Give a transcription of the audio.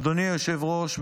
אדוני היושב-ראש,